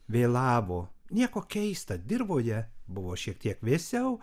vėlavo nieko keista dirvoje buvo šiek tiek vėsiau